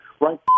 right